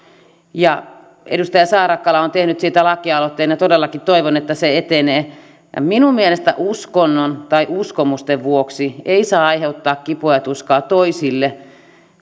ja edustaja saarakkala on tehnyt siitä lakialoitteen todellakin toivon että se etenee minun mielestäni uskonnon tai uskomusten vuoksi ei saa aiheuttaa kipua ja tuskaa toisille